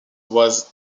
was